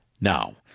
Now